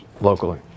locally